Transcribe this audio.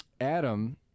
Adam